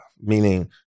meaning